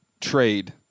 trade